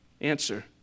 Answer